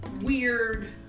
weird